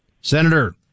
Senator